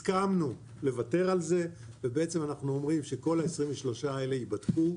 הסכמנו לוותר על זה ואנחנו אומרים שכל ה-23 האלה יבדקו.